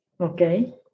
okay